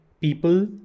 people